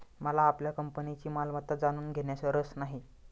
मला आपल्या कंपनीची मालमत्ता जाणून घेण्यात रस नाही